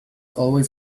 always